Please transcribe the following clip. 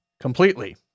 Completely